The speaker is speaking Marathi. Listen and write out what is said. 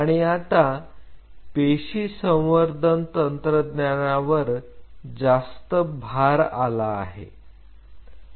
आणि आता पेशी संवर्धन तंत्रज्ञानावर जास्त भार आला आहे